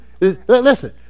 Listen